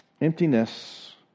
Emptiness